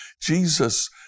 Jesus